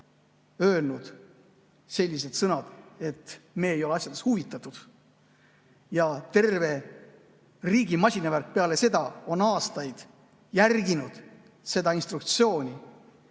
öelnud sellised sõnad, et me ei ole asjast huvitatud, ja terve riigi masinavärk peale seda on aastaid järginud seda instruktsiooni,